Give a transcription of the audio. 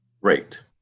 rate